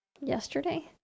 yesterday